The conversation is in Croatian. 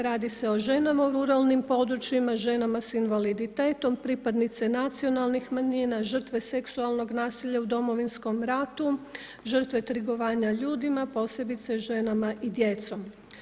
Radi se o ženama u ruralnim područjima, ženama s invaliditetom, pripadnice nacionalnih manjina, žrtve seksualnog nasilja u Domovinskom ratu, žrtve trgovanja ljudima, posebice ženama i djecom.